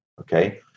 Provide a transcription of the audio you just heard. Okay